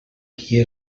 qui